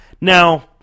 Now